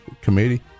committee